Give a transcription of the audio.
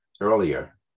earlier